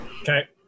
Okay